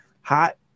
hot